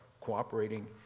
cooperating